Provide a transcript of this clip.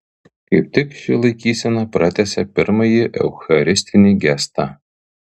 kaip tik ši laikysena pratęsia pirmąjį eucharistinį gestą